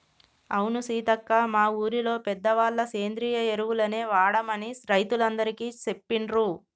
అవును సీతక్క మా ఊరిలో పెద్దవాళ్ళ సేంద్రియ ఎరువులనే వాడమని రైతులందికీ సెప్పిండ్రు